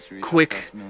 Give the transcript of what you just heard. quick